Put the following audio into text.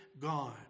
God